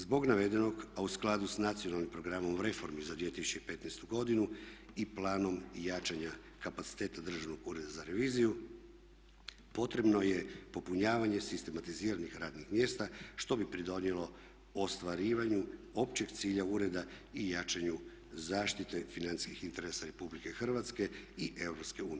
Zbog navedenog a u skladu sa nacionalnim programom reformi za 2015.godinu i planom jačanja kapaciteta Državnog ureda za reviziju potrebno je popunjavanje sistematiziranih radnih mjesta što bi pridonijelo ostvarivanju općeg cilja ureda i jačanju zaštite financijskih interesa RH i EU.